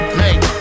make